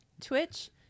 Twitch